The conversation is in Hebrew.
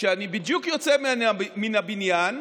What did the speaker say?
כשאני בדיוק יוצא מן הבניין,